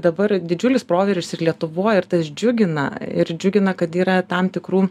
dabar didžiulis proveržis ir lietuvoj ir tas džiugina ir džiugina kad yra tam tikrų